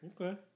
Okay